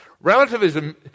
Relativism